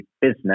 business